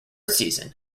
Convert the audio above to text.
season